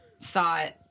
thought